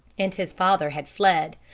and his father had fled,